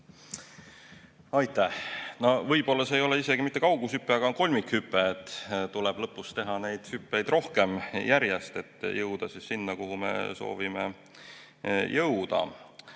Aitäh! Võib-olla see ei ole isegi mitte kaugushüpe, aga on kolmikhüpe, et tuleb lõpus teha neid hüppeid rohkem järjest, et jõuda sinna, kuhu me soovime jõuda.